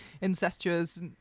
incestuous